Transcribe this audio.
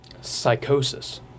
psychosis